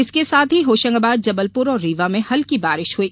इसके साथ ही होशंगाबाद जबलपुर और रीवा में हल्की बारिश हुई